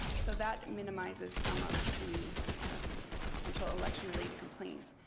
so that minimizeing some of the potential election related complaints.